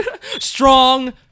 Strong